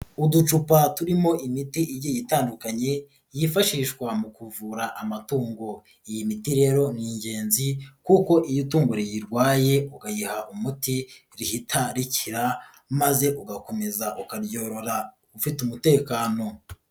Uducupa turimo imiti igiye itandukanye yifashishwa mu kuvura amatungo, iyi miti rero ni ingenzi kuko iyo itungo riyirwaye ukayiha umuti rihita rikira maze ugakomeza ukaryorora ufite umutekano.